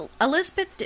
Elizabeth